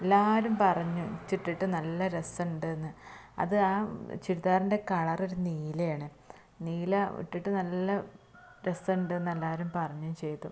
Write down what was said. എല്ലാവരും പറഞ്ഞു ച്ച്ട്ടിട്ട് നല്ല രസമുണ്ടെന്ന് അത് ആ ചുരിദാറിന്റെ കളർ ഒരു നീലയാണ് നീല ഇട്ടിട്ട് നല്ല രസമുണ്ടെന്ന് എല്ലാവരും പറഞ്ഞ് ചെയ്തു